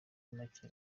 make